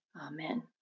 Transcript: Amen